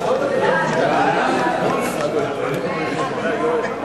הגבלת משקל בתעשיית הדוגמנות,